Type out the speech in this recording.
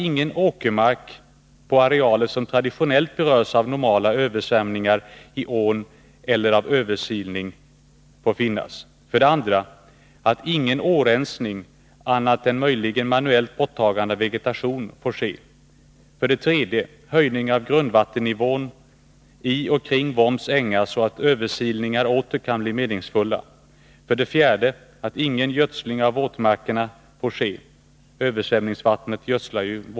Ingen åkermark på arealer som traditionellt berörs av normala översvämningar i ån eller av översilning; 2. Ingen årensning annat än möjligen manuellt borttagande av vegetation; 3. Höjning av grundvattennivån i och kring Vombs ängar, så att översilningar åter kan bli meningsfulla; 5.